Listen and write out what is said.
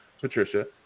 Patricia